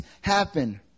happen